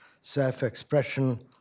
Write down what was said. self-expression